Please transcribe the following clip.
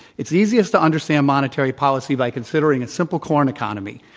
it's easiest to understand monetary policy by considering a simple corn economy.